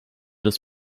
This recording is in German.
das